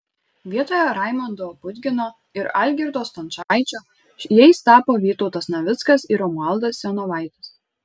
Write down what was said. vietoje raimondo budgino ir algirdo stončaičio jais tapo vytautas navickas ir romualdas senovaitis